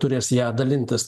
turės ja dalintis